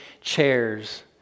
chairs